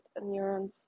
neurons